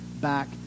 back